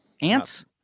ants